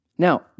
Now